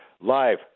live